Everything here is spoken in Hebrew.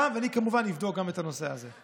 ואני כמובן אבדוק גם את הנושא הזה.